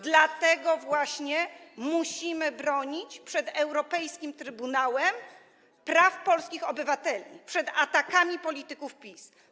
Dlatego właśnie musimy bronić przed europejskim Trybunałem praw polskich obywateli przed atakami polityków PiS.